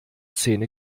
zähne